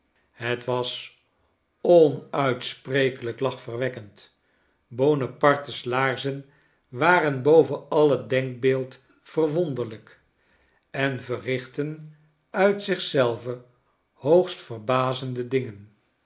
het was onuitsprekelijk lachverwekkend buonaparte's laarzen waren boven alle denkbeeld verwonderlijk en verrichten uit zich zelve hoogst verbazende dingen